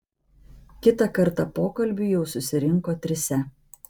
kitą kartą pokalbiui jau susirinko trise